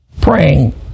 praying